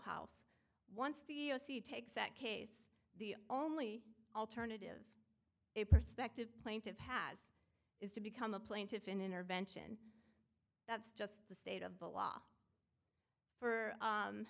house once the e e o c takes that case the only alternative a perspective plaintive has is to become a plaintiff in intervention that's just the state of the law for